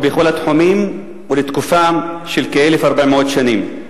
בכל התחומים ולתקופה של כ-1,400 שנים.